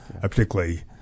particularly